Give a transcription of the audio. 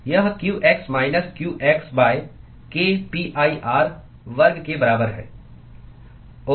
यह qx minus qx k pi r वर्ग के बराबर है ओह